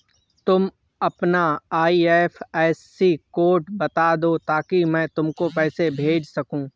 तुम अपना IFSC code बता दो ताकि मैं तुमको पैसे भेज सकूँ